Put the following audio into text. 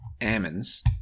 Ammons